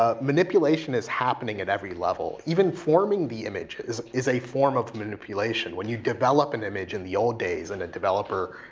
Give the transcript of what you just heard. ah manipulation is happening at every level, even forming the image is is a form of manipulation. when you develop an image in the old days, in and a developer,